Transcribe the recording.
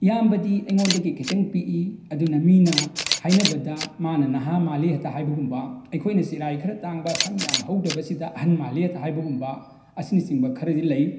ꯏꯌꯥꯝꯕꯗꯤ ꯑꯩꯉꯣꯟꯗꯒꯤ ꯈꯤꯇꯪ ꯄꯤꯛꯏ ꯑꯗꯨꯅ ꯃꯤꯅ ꯍꯥꯏꯅꯕꯗ ꯃꯥꯅ ꯅꯍꯥ ꯃꯥꯜꯂꯤ ꯍꯦꯛꯇ ꯍꯥꯏꯕꯒꯨꯝꯕ ꯑꯩꯈꯣꯏꯅ ꯆꯤꯔꯥꯏ ꯈꯔ ꯇꯥꯡꯕ ꯁꯝ ꯌꯥꯝ ꯍꯧꯗꯕꯁꯤꯗ ꯑꯍꯜ ꯃꯥꯜꯂꯤ ꯍꯦꯛꯇ ꯍꯥꯏꯕꯒꯨꯝꯕ ꯑꯁꯤꯅꯆꯤꯡꯕ ꯈꯔꯗꯤ ꯂꯩ